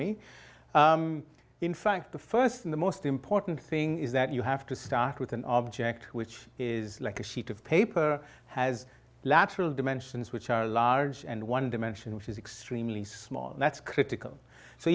origami in fact the first in the most important thing is that you have to start with an object which is like a sheet of paper has lateral dimensions which are large and one dimension which is extremely small that's critical so